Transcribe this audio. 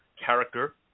character